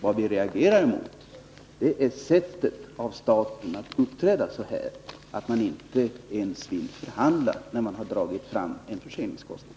Vad vi reagerar emot är statens sätt att uppträda så, att man inte vill förhandla när man har förorsakat en förseningskostnad.